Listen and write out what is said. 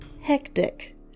hectic